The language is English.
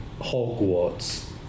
Hogwarts